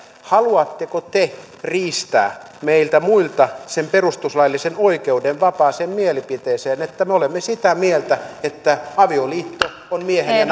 haluatteko te riistää meiltä muilta sen perustuslaillisen oikeuden vapaaseen mielipiteeseen että me olemme sitä mieltä että avioliitto on miehen ja